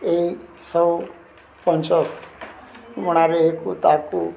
ଏଇ ସବୁ ପଞ୍ଚ ମଣାରେ ଏକୁ ତାକୁ